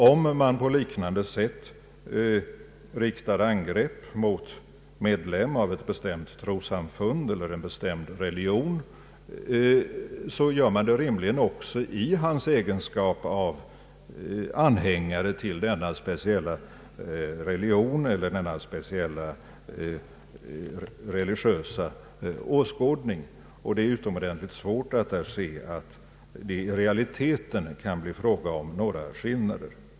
Om man på liknande sätt riktar angrepp mot medlem av ett bestämt trossamfund eller en be stämd religion, så gäller det rimligen också dennes egenskap av anhängare till denna speciella religion eller denna speciella religiösa åskådning. Det är utomordentligt svårt att inse att det i realiteten kan bli fråga om några skillnader.